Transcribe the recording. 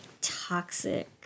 toxic